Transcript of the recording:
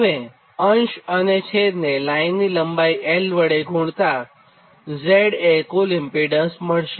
હવેઅંશ અને છેદને લાઇનની લંબાઇ 𝑙 વડે ગુણતાં Z એ કુલ ઓહ્મીક ઇમ્પીડન્સ મળશે